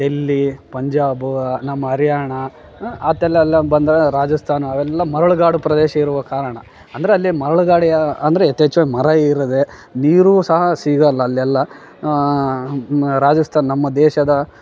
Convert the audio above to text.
ಡೆಲ್ಲಿ ಪಂಜಾಬು ನಮ್ಮ ಹರಿಯಾಣ ಆತಲೆಲ್ಲ ಬಂದ್ರೆ ರಾಜಸ್ಥಾನ ಅವೆಲ್ಲಾ ಮರಳುಗಾಡು ಪ್ರದೇಶ ಇರುವ ಕಾರಣ ಅಂದ್ರೆ ಅಲ್ಲಿ ಮರುಳ್ಗಾಡಿನ ಅಂದರೆ ಯಥೇಚ್ಛವಾಗಿ ಮರ ಇರದೇ ನೀರು ಸಹ ಸಿಗೋಲ್ಲ ಅಲ್ಲೆಲ್ಲ ರಾಜಸ್ಥಾನ ನಮ್ಮ ದೇಶದ